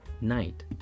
night